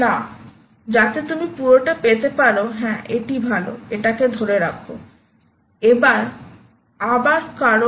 না যাতে তুমি পুরোটা পেতে পারো হ্যাঁ এটি ভাল এটাকে ধরে রাখো